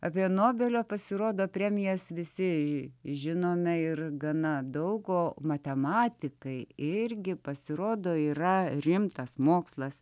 apie nobelio pasirodo premijas visi žinome ir gana daug o matematikai irgi pasirodo yra rimtas mokslas